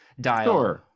dial